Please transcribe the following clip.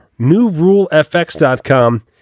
NewRuleFX.com